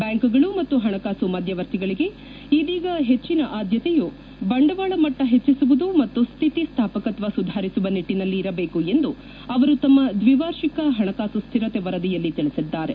ಬ್ಲಾಂಕುಗಳು ಮತ್ತು ಹಣಕಾಸು ಮಧ್ಯವರ್ತಿಗಳಿಗೆ ಇದೀಗ ಹೆಚ್ಲನ ಆದ್ಯತೆಯು ಬಂಡವಾಳ ಮಟ್ಲ ಹೆಚ್ಲಸುವುದು ಮತ್ತು ಸ್ಟಿತಿ ಸ್ಟಾಪಕತ್ವ ಸುಧಾರಿಸುವ ನಿಟ್ಟನಲ್ಲಿ ಇರಬೇಕು ಎಂದು ಅವರು ತಮ್ಮ ದ್ವಿವಾರ್ಷಿಕ ಹಣಕಾಸು ಸ್ಟಿರತೆ ವರದಿಯಲ್ಲಿ ತಿಳಿಸಿದ್ದಾರೆ